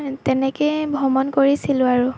তেন তেনেকেই ভ্ৰমণ কৰিছিলোঁ আৰু